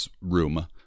room